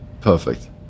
perfect